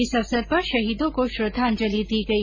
इस अवसर पर शहीदों को श्रद्वांजलि दी गई